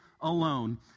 alone